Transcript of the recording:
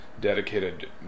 dedicated